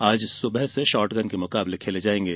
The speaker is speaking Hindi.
आज सुबह से शॉटगन के मुकाबले खेले जायेंगे